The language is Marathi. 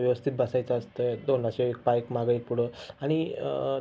व्यवस्थित बसायचं असतं आहे दोन असे एक पाय एक मागं एक पुढं आणि